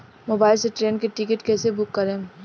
Mobile से train के ticket कैसे बूक करेम?